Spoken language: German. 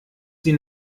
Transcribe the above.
sie